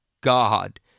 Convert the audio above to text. God